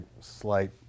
slight